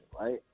right